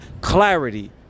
clarity